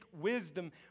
wisdom